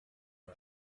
der